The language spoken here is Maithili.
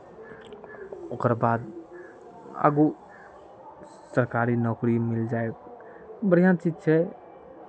ओकर बाद आगू सरकारी नौकरी मिल जाय बढ़िआँ चीज छै